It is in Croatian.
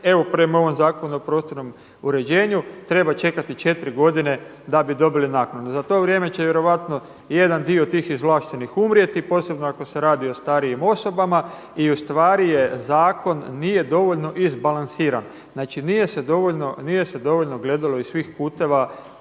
evo prema ovom Zakonu o prostornom uređenju treba čekati četiri godine da bi dobili naknadu. Za to vrijeme će vjerojatno jedan dio tih izvlaštenih umrijeti posebno ako se radi o starijim osobama. I u stvari je zakon nije dovoljno izbalansiran, znači nije se dovoljno gledalo iz svih kuteva